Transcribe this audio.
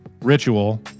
ritual